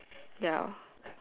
ya